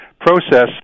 process